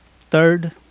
Third